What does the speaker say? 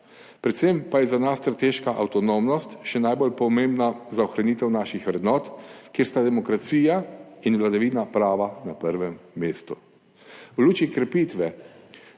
Predvsem pa je za nas strateška avtonomnost še najbolj pomembna za ohranitev naših vrednot, kjer sta demokracija in vladavina prava na prvem mestu. V luči krepitve